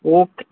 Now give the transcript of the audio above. okay